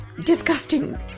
Disgusting